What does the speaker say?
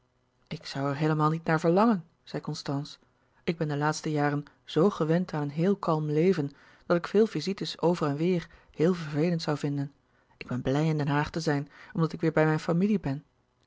ik zoû er heelemaal niet naar verlangen zei constance ik ben de laatste jaren zoo gewend aan een heel kalm leven dat ik veel visites over en weêr heel vervelend zoû vinden ik ben blij in den haag te zijn omdat ik weêr bij mijn familie ben